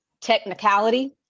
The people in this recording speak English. technicality